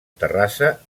terrassa